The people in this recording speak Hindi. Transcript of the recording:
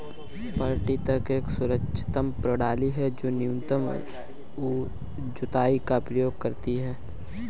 पट्टी तक एक संरक्षण प्रणाली है जो न्यूनतम जुताई का उपयोग करती है